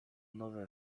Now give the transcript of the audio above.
nowe